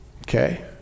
Okay